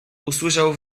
usłyszał